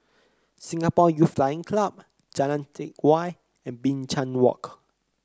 Singapore Youth Flying Club Jalan Teck Whye and Binchang Walk